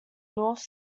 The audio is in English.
north